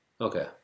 Okay